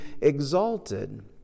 exalted